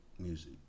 music